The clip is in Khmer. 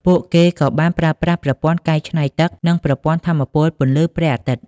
ពួកគេក៏បានប្រើប្រាស់ប្រព័ន្ធកែច្នៃទឹកនិងប្រព័ន្ធថាមពលពន្លឺព្រះអាទិត្យ។